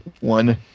one